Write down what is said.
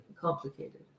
complicated